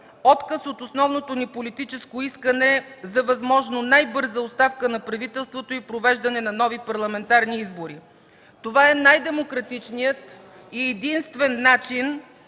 отказ от основното ни политическо искане за възможно най-бърза оставка на правителството и провеждане на нови парламентарни избори. Това е най-демократичният и единствен начин